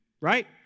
Right